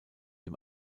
dem